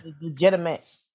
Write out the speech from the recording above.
legitimate